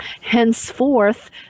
Henceforth